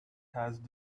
had